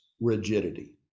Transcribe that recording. rigidity